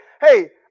hey